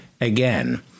again